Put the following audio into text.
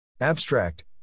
Abstract